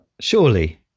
surely